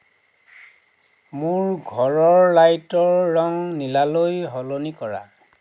মোৰ ঘৰৰ লাইটৰ ৰং নীলালৈ সলনি কৰা